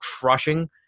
crushing